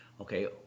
Okay